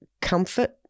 comfort